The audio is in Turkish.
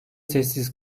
sessiz